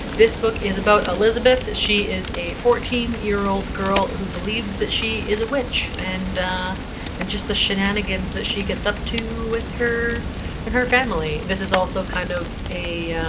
this book is about elizabeth, she is a fourteen year old girl who believes that she is a witch. and and just the shenanigans that she gets up to with her and her family. this is also kind of a